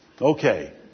Okay